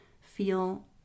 feel